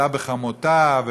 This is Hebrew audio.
כלה בחמותה,